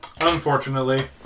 Unfortunately